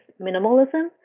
minimalism